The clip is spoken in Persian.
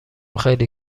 خیلی